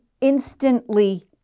instantly